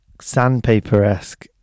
sandpaper-esque